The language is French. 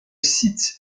site